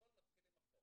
הכל מתחיל עם החוק,